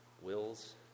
wills